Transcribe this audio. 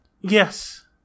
Yes